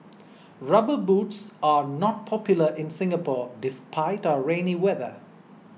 rubber boots are not popular in Singapore despite our rainy weather